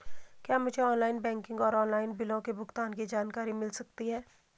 क्या मुझे online banking और ऑनलाइन बिलों के भुगतान की जानकारी मिल सकता है?